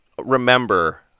remember